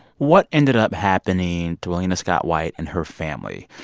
what ended up happening to willena scott-white and her family?